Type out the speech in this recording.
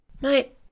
Mate